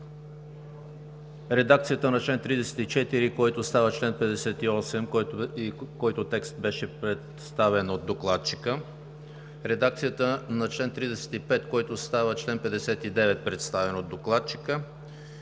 редакцията на чл. 34, който става чл. 58, който текст беше представен от докладчика; редакцията на чл. 35, който става чл. 59, представен от докладчика;